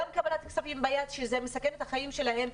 גם קבלת כספים ביד, מה שמסכן את החיים שלהם.